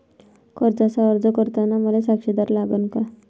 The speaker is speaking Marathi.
कर्जाचा अर्ज करताना मले साक्षीदार लागन का?